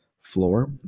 floor